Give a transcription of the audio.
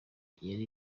yari